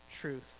truth